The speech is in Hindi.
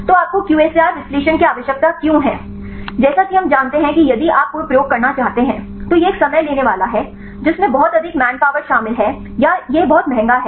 तो आपको क्यूएसएआर विश्लेषण की आवश्यकता क्यों है जैसा कि हम जानते हैं कि यदि आप कोई प्रयोग करना चाहते हैं तो यह एक समय लेने वाला है जिसमें बहुत अधिक मैन पावर शामिल है या यह बहुत महंगा है